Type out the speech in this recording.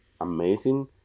amazing